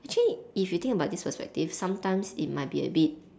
actually if you think about this perspective sometimes it might be a bit